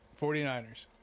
49ers